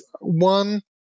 One